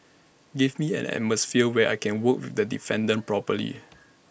give me an atmosphere where I can work with the defendant properly